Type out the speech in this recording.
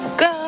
go